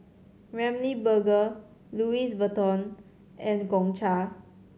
Ramly Burger Louis Vuitton and Gongcha